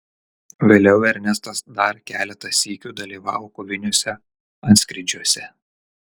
vėliau ernestas dar keletą sykių dalyvavo koviniuose antskrydžiuose